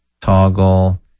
toggle